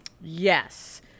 Yes